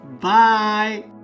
Bye